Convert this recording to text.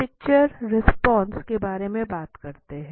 अब picture response के बारे में बात करते हैं